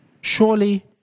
Surely